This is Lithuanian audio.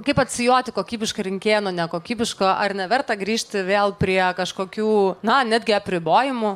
kaip atsijoti kokybišką rinkėją nuo nekokybiško ar neverta grįžti vėl prie kažkokių na netgi apribojimų